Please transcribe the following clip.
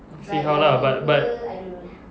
see how lah but but